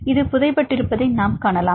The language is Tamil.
இது புதைபட்டிருப்பதை நாம் காணலாம்